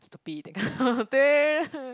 to be the kind of thing